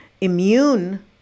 immune